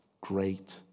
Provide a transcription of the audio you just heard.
great